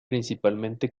principalmente